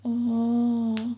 orh